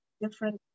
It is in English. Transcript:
different